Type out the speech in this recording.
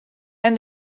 and